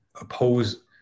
oppose